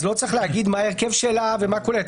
אז לא צריך להגיד מה ההרכב שלה ומה היא כוללת,